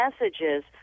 messages